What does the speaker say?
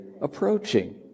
approaching